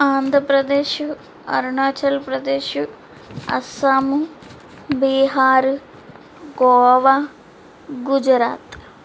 Andhra Pradesh Arunachal Pradesh Assam Bihar Goa Gujarat